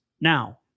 now